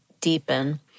deepen